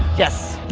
yes.